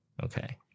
Okay